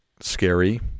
scary